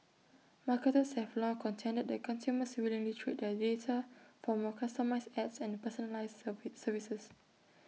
marketers have long contended that consumers willingly trade their data for more customised ads and personalised serve services